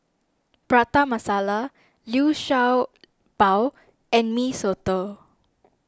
Prata Masala Liu Sha Bao and Mee Soto